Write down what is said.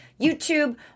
YouTube